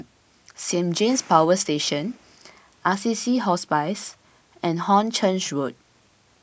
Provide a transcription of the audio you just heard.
Saint James Power Station Assisi Hospice and Hornchurch Road